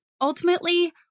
Ultimately